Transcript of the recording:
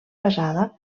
basada